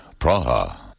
Praha